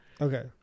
Okay